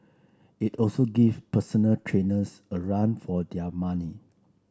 it also give personal trainers a run for their money